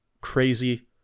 crazy